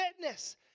witness